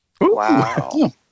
wow